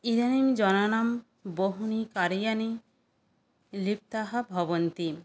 इदानीं जनानां बहूनि कार्याणि लुप्ताः भवन्ति